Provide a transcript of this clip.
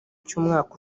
cy’umwaka